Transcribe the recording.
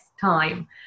time